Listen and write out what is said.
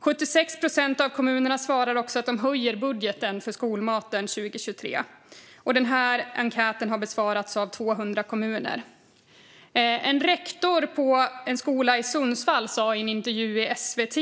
76 procent av kommunerna svarar att de höjer budgeten för skolmaten 2023. Deras enkät har besvarats av 200 kommuner. En rektor på en skola i Sundsvall sa i en intervju i SVT